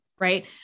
right